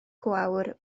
gwawr